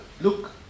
look